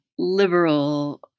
liberal